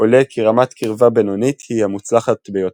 עולה כי רמת קירבה בינונית היא המוצלחת ביותר.